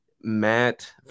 Matt